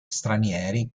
stranieri